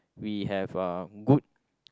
we have uh good